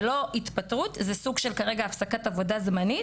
זה לא התפטרות, אלא סוג של הפסקת עבודה זמנית